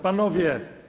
Panowie!